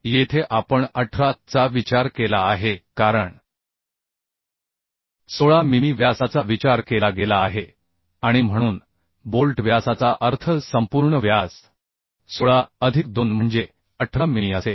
येथे आपण 18 चा विचार केला आहे कारण 16 मिमी व्यासाचा विचार केला गेला आहे आणि म्हणून बोल्ट व्यासाचा अर्थ संपूर्ण व्यास 16 अधिक 2 म्हणजे 18 मिमी असेल